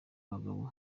bagabo